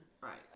Right